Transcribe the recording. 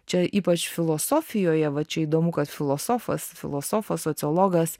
čia ypač filosofijoje va čia įdomu kad filosofas filosofas sociologas